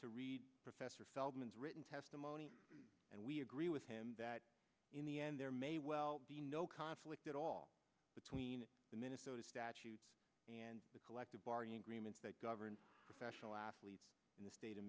to read professor feldman is written testimony and we agree with him that in the end there may well be no conflict at all between the minnesota statute and the collective bargaining agreements that govern special athletes in the state of